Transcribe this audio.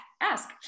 ask